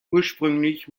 ursprünglich